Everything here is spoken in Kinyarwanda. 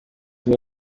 niwe